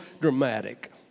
dramatic